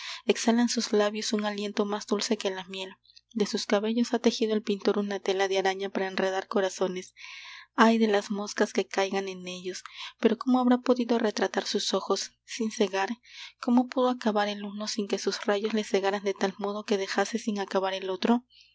exhalan sus labios un aliento más dulce que la miel de sus cabellos ha tejido el pintor una tela de araña para enredar corazones ay de las moscas que caigan en ellos pero cómo habrá podido retratar sus ojos sin cegar cómo pudo acabar el uno sin que sus rayos le cegaran de tal modo que dejase sin acabar el otro